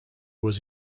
was